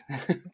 Okay